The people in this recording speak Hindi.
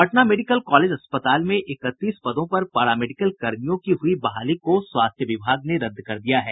पटना मेडिकल कॉलेज अस्पताल में इकतीस पदों पर पारा मेडिकल कर्मियों की हुई बहाली को स्वास्थ्य विभाग ने रद्द कर दिया है